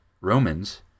Romans